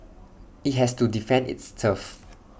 IT has to defend its turf